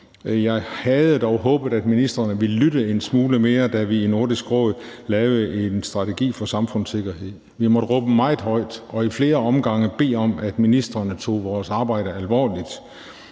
Jeg havde dog håbet, at ministrene ville lytte en smule mere, da vi i Nordisk Råd lavede en strategi for samfundssikkerhed. Vi måtte råbe meget højt og ad flere omgange bede om, at ministrene tog vores arbejde alvorligt.